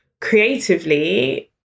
creatively